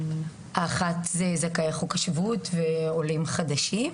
האחת היא זכאי חוק השבות ועולים חדשים,